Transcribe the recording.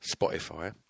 spotify